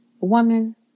woman